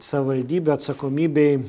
savivaldybių atsakomybei